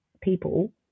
people